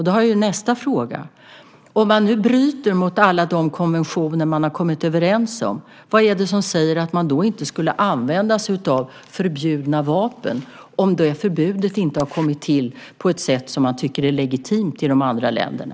Då är nästa fråga: Om man nu bryter mot alla de konventioner man har kommit överens om, vad är det som säger att man då inte skulle använda sig av förbjudna vapen, om förbudet inte har kommit till på ett sätt som man tycker är legitimt i de andra länderna?